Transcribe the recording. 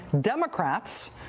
Democrats